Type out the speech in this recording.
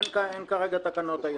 אין כרגע תקנות,